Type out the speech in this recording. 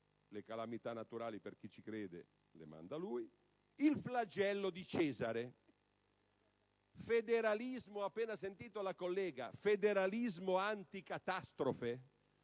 le calamità naturali, per chi ci crede, le manda lui - segue il flagello di Cesare. Ho appena sentito la collega: federalismo anticatastrofe?